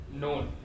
known